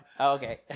Okay